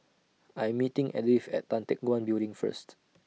I'm meeting Edyth At Tan Teck Guan Building First